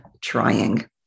trying